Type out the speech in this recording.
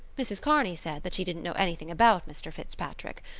mrs. kearney said that she didn't know anything about mr. fitzpatrick.